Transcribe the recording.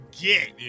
get